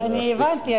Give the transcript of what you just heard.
אני הבנתי.